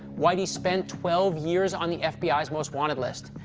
whitey spent twelve years on the fbi's most-wanted list,